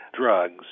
drugs